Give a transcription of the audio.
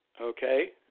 okay